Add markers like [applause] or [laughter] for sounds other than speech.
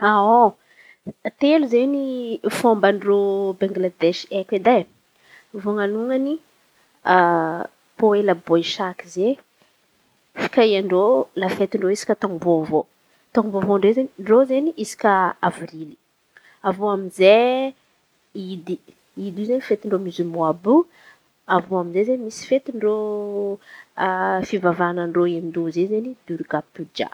[hesitation] Telo izen̈y fomban-dreo Bengledesy haiko edy e! Voalôhany [hesitation] pôela bôesaky zay fikahian-dreo lafetin-dreo isaka taôm-baovao. Taôm-baovao ndreo izen̈y izen̈y isaka avrily avy eo amizay idy idy ndray fety ndreo miziolman àby io. Avy eo amizay misy fety ndreo fivavahanan-dreo indroa zay izen̈y biorka pioza.